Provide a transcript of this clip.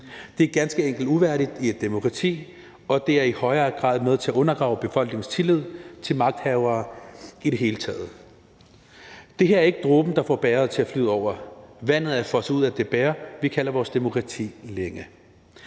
Det er ganske enkelt uværdigt i et demokrati, og det er i høj grad med til at undergrave befolkningens tillid til magthavere i det hele taget. Det her er ikke dråben, der får bægeret til at flyde over, for vandet fossede ud af det bæger, vi kalder vores demokrati, for længe